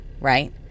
right